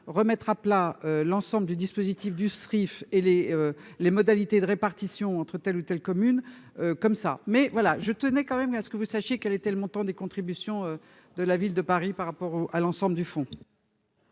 remettre à plat l'ensemble du dispositif du Sri et les les modalités de répartition entre telle ou telle commune comme ça mais voilà je tenais quand même à ce que vous sachiez qu'elle était le montant des contributions de la ville de Paris par rapport au à l'ensemble du fond.